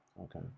Okay